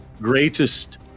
Greatest